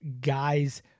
guys